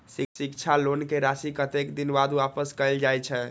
शिक्षा लोन के राशी कतेक दिन बाद वापस कायल जाय छै?